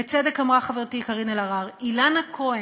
בצדק אמרה חברתי קארין אלהרר: אילנה כהן,